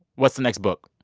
what's the next book?